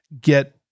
get